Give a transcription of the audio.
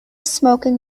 smoking